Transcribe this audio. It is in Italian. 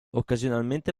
occasionalmente